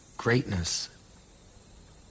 Greatness